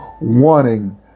wanting